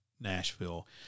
Nashville